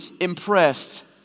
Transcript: impressed